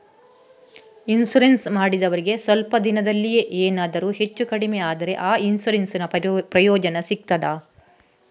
Insurance ಮಾಡಿದವರಿಗೆ ಸ್ವಲ್ಪ ದಿನದಲ್ಲಿಯೇ ಎನಾದರೂ ಹೆಚ್ಚು ಕಡಿಮೆ ಆದ್ರೆ ಆ ಇನ್ಸೂರೆನ್ಸ್ ನ ಪ್ರಯೋಜನ ಸಿಗ್ತದ?